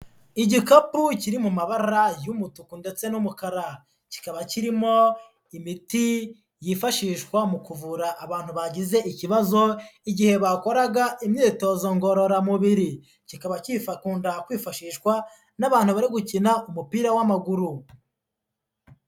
Igikapu kiri mu mabara y'umutuku ndetse n'umukara, kikaba kirimo imiti yifashishwa mu kuvura abantu bagize ikibazo igihe bakoraga imyitozo ngororamubiri, kikaba gikunda kwifashishwa n'abantu bari gukina umupira w'amaguru.